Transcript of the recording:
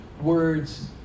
words